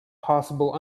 possible